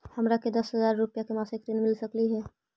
हमरा के दस हजार रुपया के मासिक ऋण मिल सकली हे?